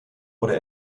oder